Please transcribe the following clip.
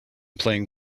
playing